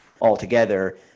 altogether